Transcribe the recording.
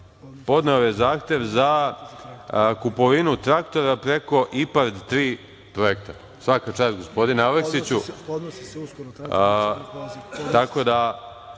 podneo zahtev za kupovinu traktora preko IPARD 3 projekta, svaka čast gospodine Aleksiću,